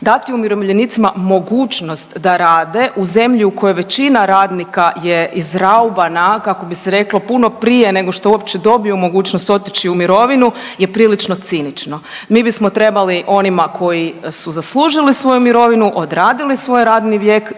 Dati umirovljenicima mogućnost da rade u zemlji u kojoj većina radnija je izraubana kako bi se reklo puno prije nego što uopće dobiju mogućnost otići u mirovinu je prilično cinično. Mi bismo trebali onima koji su zaslužili svoju mirovinu, odradili svoj radni vijek